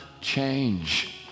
change